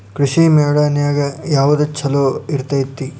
ಕೃಷಿಮೇಳ ನ್ಯಾಗ ಯಾವ್ದ ಛಲೋ ಇರ್ತೆತಿ?